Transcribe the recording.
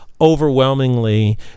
overwhelmingly